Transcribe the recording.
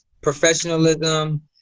professionalism